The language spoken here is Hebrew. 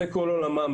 זה כל עולמם.